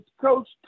Coach